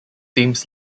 teams